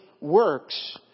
works